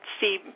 see